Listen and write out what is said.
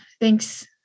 thanks